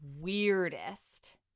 weirdest